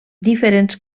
diferents